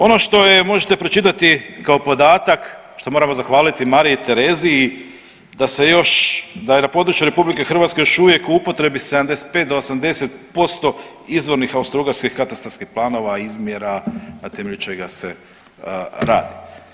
Ono što možete pročitati kao podatak što moramo zahvaliti Mariji Terezi, da se još, da je na području Republike Hrvatske još uvijek u upotrebi 75 do 80% izvornih austro-ugarskih katastarskih planova, izmjera na temelju čega se radi.